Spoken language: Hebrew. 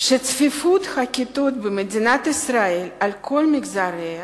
שצפיפות הכיתות במדינת ישראל על כל מגזריה